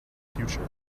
future